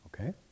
Okay